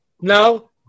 No